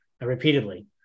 repeatedly